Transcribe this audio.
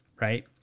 right